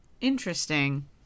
Interesting